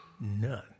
none